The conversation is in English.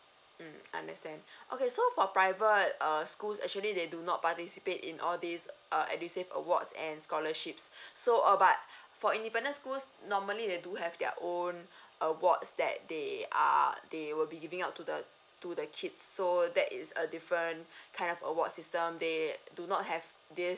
mmhmm understand okay so for private err schools actually they do not participate in all this err edusave awards and scholarships so err but for independent schools normally they do have their own awards that they are they will be giving out to the to the kids so that is a different kind of award system they do not have this